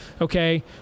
okay